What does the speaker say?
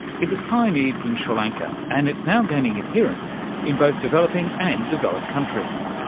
it was pioneered in sri lanka and it's now gaining adherents in both developing and developed countries.